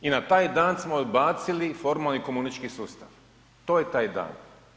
I na taj dan smo odbacili formalni komunistički sustav, to je taj dan.